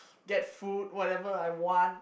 get food whatever I want